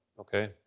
Okay